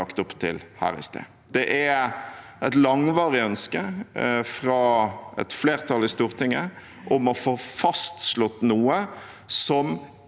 lagt opp til her i stad. Det er et langvarig ønske fra et flertall i Stortinget om å få fastslått noe som